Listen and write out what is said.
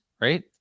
right